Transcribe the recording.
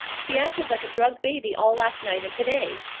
he acted like a drugged baby all last night and to-day.